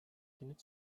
гэнэт